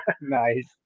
nice